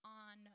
on